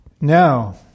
Now